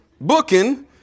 booking